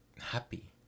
happy